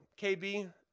KB